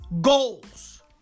goals